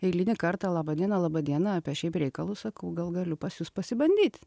eilinį kartą laba diena laba diena apie šiaip reikalus sakau gal galiu pas jus pasibandyt